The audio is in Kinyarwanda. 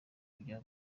kujya